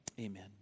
amen